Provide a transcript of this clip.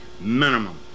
minimum